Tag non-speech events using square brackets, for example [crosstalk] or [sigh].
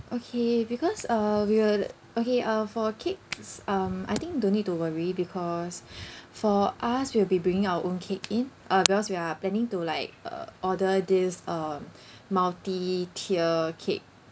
okay because uh we will okay uh for cakes um I think don't need to worry because [breath] for us we'll be bringing our own cake in uh because we are planning to like uh order this um multi tier cake